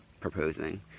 proposing